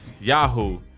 Yahoo